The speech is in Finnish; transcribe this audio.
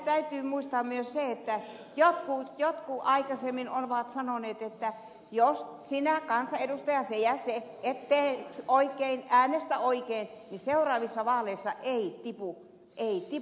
täytyy muistaa myös se että jotkut aikaisemmin ovat sanoneet että jos sinä kansanedustaja se ja se et tee oikein äänestä oikein niin seuraavissa vaaleissa ei tipu vaalirahaa